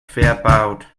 verbaut